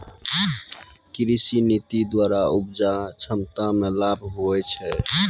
कृषि नीति द्वरा उपजा क्षमता मे लाभ हुवै छै